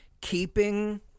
keeping